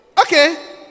Okay